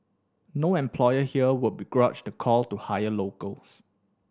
no employer here would begrudge the call to hire locals